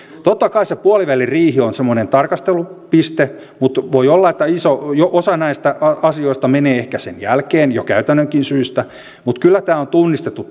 totta kai se puolivälin riihi on semmoinen tarkastelupiste mutta voi olla että iso osa näistä asioista menee ehkä sen jälkeen jo käytännönkin syistä mutta kyllä tämä huoli on tunnistettu